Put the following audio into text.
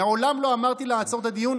מעולם לא אמרתי לעצור את הדיון.